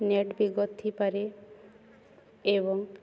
net ବି ଗନ୍ଥିପାରେ ଏବଂ